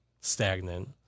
stagnant